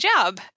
job